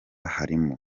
harimo